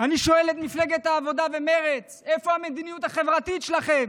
אני שואל את מפלגת העבודה ומרצ: איפה המדיניות החברתית שלכם?